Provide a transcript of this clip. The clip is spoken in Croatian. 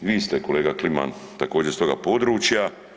Vi ste kolega Kliman također s toga područja.